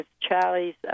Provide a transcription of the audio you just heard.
Charlie's